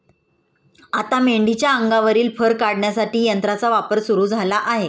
आता मेंढीच्या अंगावरील फर काढण्यासाठी यंत्राचा वापर सुरू झाला आहे